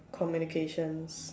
communications